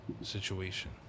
situation